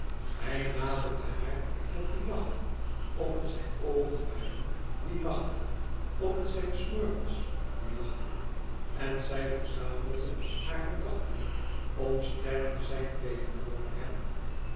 hij naderde haar met dien lach of het zijn oogen waren die lachten of het zijn snor was die lachte en zij verzamelde hare gedachten om sterk te zijn tegenover hem